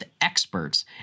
experts